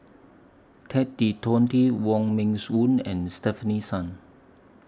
Ted De Ponti Wong Meng Voon and Stefanie Sun